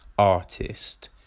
artist